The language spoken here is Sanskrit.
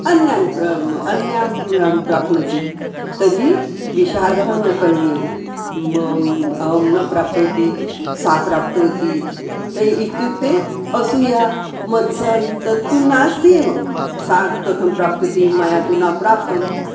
अन्यान् अन्यां प्राप्नोति तर्हि विषादः न करणीयः माम् अहं न प्राप्तवती सा प्राप्तवती तर्हि इत्युक्ते असूया मत्सरः तत्तु नास्ति एव सा कथं प्राप्तवती मया तु न प्राप्तम्